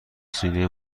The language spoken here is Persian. سینه